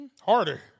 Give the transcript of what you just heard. Harder